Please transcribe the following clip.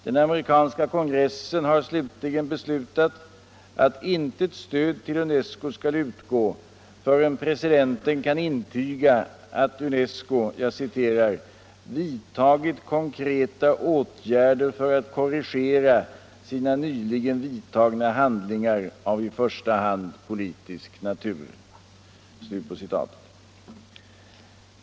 Den amerikanska kongressen slutligen har beslutat att intet stöd till UNESCO skall utgå förrän presidenten kan intyga att UNESCO ”vidtagit konkreta åtgärder för att korrigera sina nyligen vidtagna handlingar av i första hand politisk karaktär”.